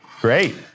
Great